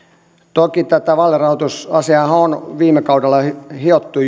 toki tätä vaalirahoitusasiaahan on viime kaudella jo hiottu